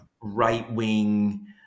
right-wing